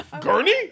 Gurney